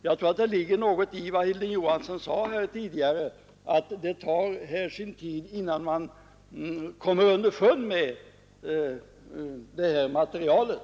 Jag tror det ligger någonting i vad Hilding Johansson sade tidigare, att det tar sin tid innan man kommer underfund med det här materialet.